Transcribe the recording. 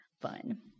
fun